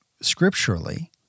Scripturally